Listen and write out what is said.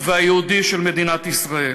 והיהודי של מדינת ישראל.